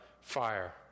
fire